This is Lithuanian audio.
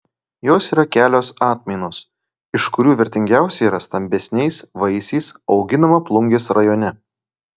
jos yra kelios atmainos iš kurių vertingiausia yra stambesniais vaisiais auginama plungės rajone